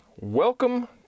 welcome